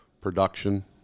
production